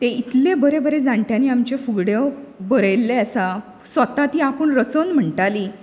ते इतले बरें बरें जाण्ट्यांनी आमच्यो फुगड्यो बरयल्ले आसात स्वता ती आपूण रचोन म्हणटालीं